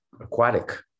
aquatic